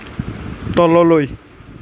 তললৈ